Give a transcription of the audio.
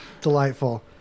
Delightful